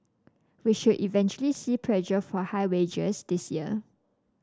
we should eventually see pressure for higher wages this year